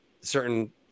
certain